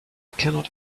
cannot